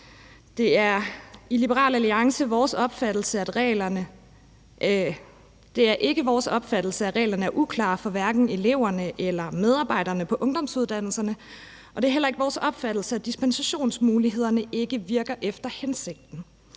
Det er i Liberal Alliance ikke vores opfattelse, at reglerne er uklare for hverken elever eller medarbejderne på ungdomsuddannelserne, og det er heller ikke vores opfattelse, at dispensationsmulighederne ikke virker efter hensigten.